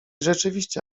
rzeczywiście